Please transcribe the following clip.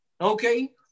Okay